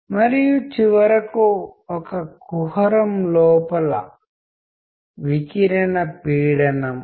ఒక కోణంలో సాఫ్ట్ స్కిల్స్ను సూపర్సెట్గా మరియు కమ్యూనికేషన్ను ఆ సెట్ యొక్క ఉపసమితిగాసబ్ సెట్ పరిగణించవచ్చు